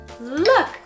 Look